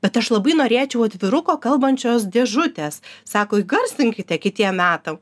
bet aš labai norėčiau atviruko kalbančios dėžutės sako įgarsinkite kitiem metam